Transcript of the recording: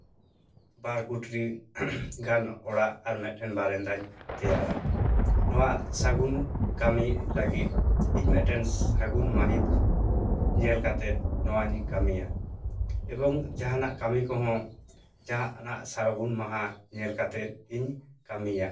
ᱵᱟᱨ ᱠᱩᱴᱨᱤ ᱜᱟᱱ ᱚᱲᱟᱜ ᱟᱨ ᱢᱮᱫᱴᱮᱱ ᱵᱟᱨᱮᱱᱫᱟᱧ ᱛᱮᱭᱟᱨᱟ ᱱᱚᱣᱟ ᱥᱟ ᱜᱩᱱ ᱠᱟ ᱢᱤ ᱞᱟᱹᱜᱤᱫ ᱤᱧ ᱢᱤᱫᱴᱮᱱ ᱥᱟᱹᱜᱩᱱ ᱢᱟᱹᱦᱤᱛ ᱧᱮᱞ ᱠᱟᱛᱮ ᱱᱚᱣᱟᱧ ᱠᱟᱹᱢᱤᱭᱟ ᱮᱵᱚᱝ ᱡᱟᱦᱟᱱᱟᱜ ᱠᱟᱹᱢᱤ ᱠᱚᱦᱚᱸ ᱡᱟᱦᱟᱱᱟᱜ ᱥᱟᱹᱜᱩᱱ ᱢᱟᱦᱟ ᱧᱮᱞ ᱠᱟᱛᱮ ᱤᱧ ᱠᱟᱹᱢᱤᱭᱟ